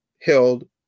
held